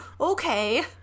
Okay